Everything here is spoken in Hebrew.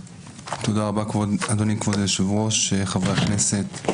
תודה רבה אדוני כבוד היושב ראש, חברי הכנסת.